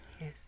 Yes